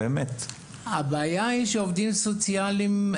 הבעיה היא שעובדים סוציאליים,